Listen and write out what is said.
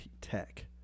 Tech